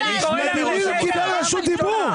יסמין, ולדימיר קיבל רשות דיבור.